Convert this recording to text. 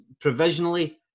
provisionally